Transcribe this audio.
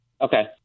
okay